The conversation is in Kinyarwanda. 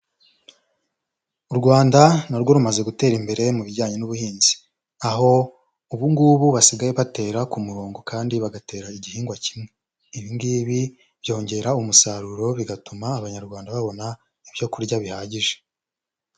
U Rwanda na rwo rumaze gutera imbere mu bijyanye n'ubuhinzi, aho ubu ngubu basigaye batera ku murongo kandi bagatera igihingwa kimwe, ibi ngibi byongera umusaruro bigatuma Abanyarwanda babona ibyo kurya bihagije.